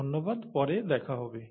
ধন্যবাদ এবং পরে দেখা হবে